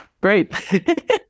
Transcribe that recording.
great